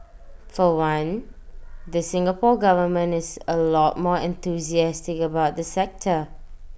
for one the Singapore Government is A lot more enthusiastic about the sector